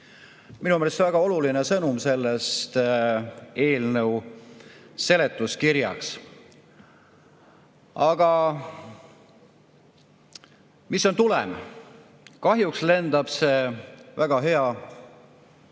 meelest väga oluline sõnum selles eelnõu seletuskirjas. Aga mis on tulem? Kahjuks lendab see väga hea otsuse